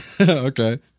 Okay